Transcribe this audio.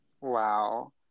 Wow